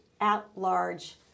at-large